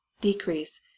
Decrease